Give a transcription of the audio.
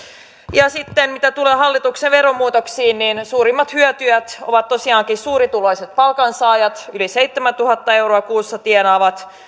ja sitten mitä tulee hallituksen veromuutoksiin niin suurimmat hyötyjät ovat tosiaankin suurituloiset palkansaajat yli seitsemäntuhatta euroa kuussa tienaavat